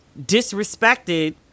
disrespected